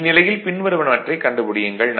இந்நிலையில் பின்வருவனவற்றைக் கண்டுபிடியுங்கள்